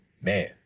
man